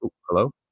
Hello